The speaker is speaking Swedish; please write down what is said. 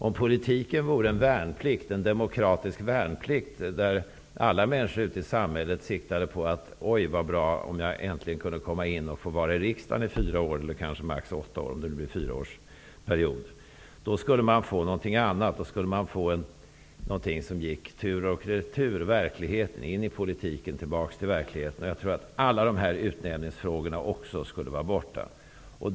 Om politiken vore en demokratisk värnplikt, där alla människor i samhället inriktar sig på att äntligen få komma in i riksdagen i fyra eller max åtta år, om det blir fyraåriga mandatperioder, skulle det bli fråga om något som går tur och retur. Verkligheten, in i politiken, tillbaks till verkligheten. Jag tror också att problemen med utnämningarna skulle försvinna.